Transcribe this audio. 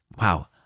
wow